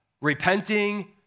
repenting